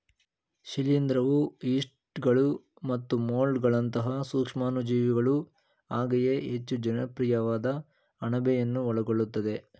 ಶಿಲೀಂಧ್ರವು ಯೀಸ್ಟ್ಗಳು ಮತ್ತು ಮೊಲ್ಡ್ಗಳಂತಹ ಸೂಕ್ಷಾಣುಜೀವಿಗಳು ಹಾಗೆಯೇ ಹೆಚ್ಚು ಜನಪ್ರಿಯವಾದ ಅಣಬೆಯನ್ನು ಒಳಗೊಳ್ಳುತ್ತದೆ